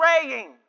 praying